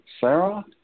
Sarah